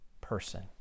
person